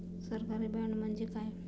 सरकारी बाँड म्हणजे काय?